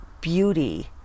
beauty